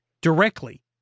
directly